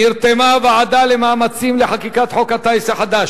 נרתמה הוועדה למאמצים לחקיקת חוק הטיס החדש